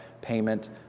payment